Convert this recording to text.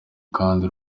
kandi